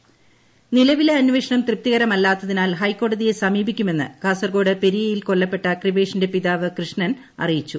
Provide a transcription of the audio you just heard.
Periya case നിലവിലെ അന്വേഷണം തൃപ്തികരമല്ലാത്തതിനാൽ ഹൈക്കോടതിയെ സമീപിക്കുമെന്ന് കാസർകോഡ് പെരിയയിൽ കൊല്ലപ്പെട്ട കൃപേഷിന്റെ പിതാവ് കൃഷ്ണൻ അറിയിച്ചു